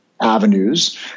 avenues